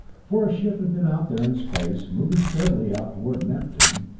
for a ship had been out there in space, moving steadily out toward neptune,